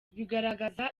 bigaragaza